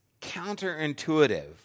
counterintuitive